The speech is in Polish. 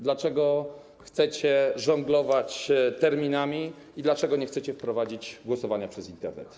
Dlaczego chcecie żonglować terminami i dlaczego nie chcecie wprowadzić głosowania przez Internet?